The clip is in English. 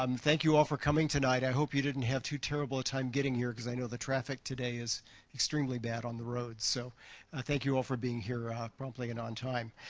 um thank you all for coming tonight. i hope you didn't have too terrible a time getting here because i know the traffic today is extremely bad on the roads. so ah thank you all for being here promptly and on time.